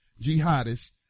jihadists